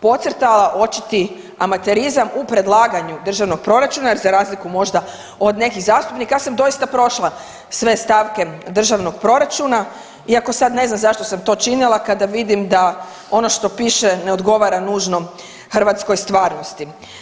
podcrtala očiti amaterizam u predlaganju državnog proračuna jer za razliku možda od nekih zastupnika, ja sam doista prošla sve stavke državnog proračuna iako sad ne znam zašto sam to činila kad vidim da ono što piše ne odgovara nužno hrvatskoj stvarnosti.